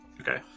Okay